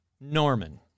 Norman